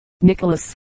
Nicholas